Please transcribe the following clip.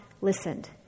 listened